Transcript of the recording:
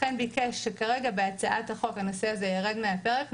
לכן הוא ביקש שכרגע הנושא הזה ירד מהפרק בהצעת החוק,